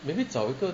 maybe 找一个